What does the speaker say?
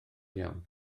iawn